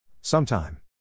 Sometime